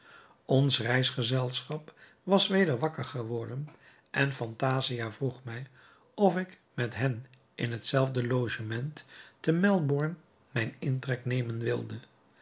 ons reisgezelschap was weder wakker geworden en phantasia vroeg mij of ik met hen in hetzelfde logement te melbourne mijn intrek nemen wilde